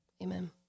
Amen